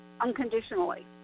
unconditionally